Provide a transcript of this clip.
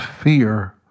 fear